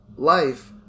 life